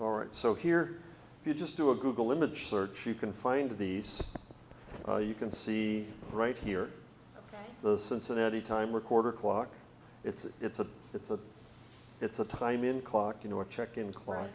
all right so here you just do a google image search you can find these you can see right here the cincinnati time recorder clock it's it's a it's a it's a time in clock you know a check in